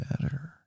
better